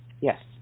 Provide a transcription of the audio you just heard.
Yes